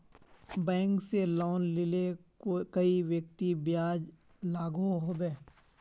Bank से loan लिले कई व्यक्ति ब्याज लागोहो होबे?